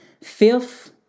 fifth